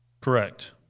Correct